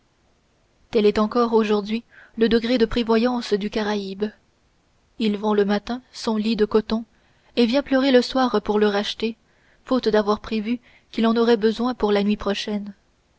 tel est encore aujourd'hui le degré de prévoyance du caraïbe il vend le matin son lit de coton et vient pleurer le soir pour le racheter faute d'avoir prévu qu'il en aurait besoin pour la nuit prochaine